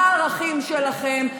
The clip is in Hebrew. מה הערכים שלכם,